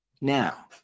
Now